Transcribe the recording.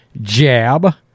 jab